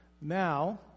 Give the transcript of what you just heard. now